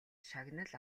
шагнал